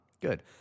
Good